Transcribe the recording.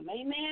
Amen